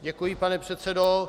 Děkuji, pane předsedo.